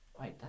Wait